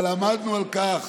אבל עמדנו על כך